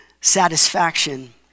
satisfaction